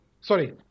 Sorry